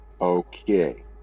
Okay